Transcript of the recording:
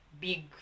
big